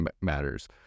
matters